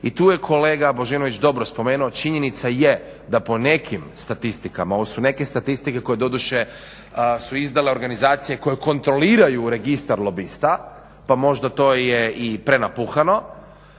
i tu je kolega Božinović dobro spomenuo, činjenica je da po nekim statistikama, ovo su neke statistike koje doduše su izdale organizacije koje kontroliraju registar lobista pa možda to je i prenapuhano.